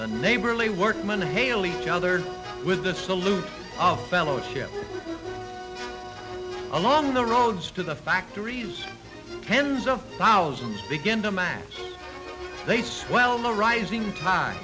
the neighborly workmen hail each other with the salute of fellowship along the roads to the factories tens of thousands begin to mass they swell the rising